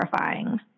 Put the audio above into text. terrifying